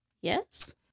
Yes